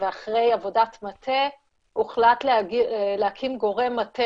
אחרי עבודת מטה הוחלט להקים גורם מטה